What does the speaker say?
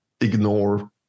ignore